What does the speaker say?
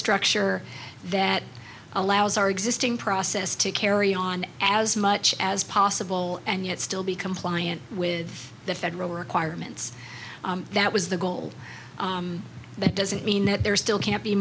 structure that allows our existing process to carry on as much as possible and yet still be compliant with the federal requirements that was the goal that doesn't mean that there's still can't be